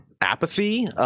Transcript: apathy